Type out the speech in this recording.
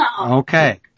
Okay